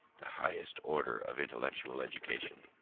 the highest order of intellectual education.